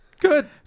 Good